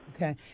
Okay